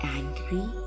angry